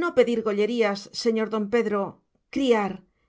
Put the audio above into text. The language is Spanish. no pedir gollerías señor don pedro criar